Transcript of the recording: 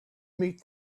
meet